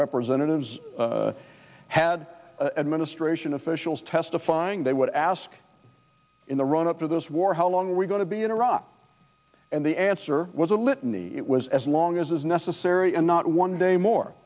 representatives had administration officials testifying they would ask in the run up to this war how long we going to be in iraq and the answer was a litany it was as long as is necessary and not one day more